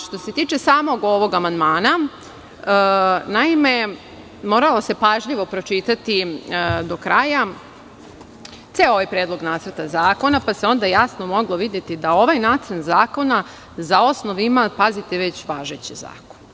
Što se tiče samog ovog amandmana, naime, moralo se pažljivo pročitati do kraja, ceo ovaj Predlog nacrta zakona, pa se onda jasno moglo videti da ovaj nacrt zakona za osnov ima, pazite već važeći zakon.